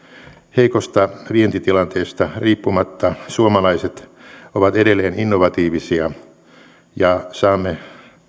heikosta vientitilanteesta riippumatta suomalaiset ovat edelleen innovatiivisia ja saamme